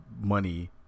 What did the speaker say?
money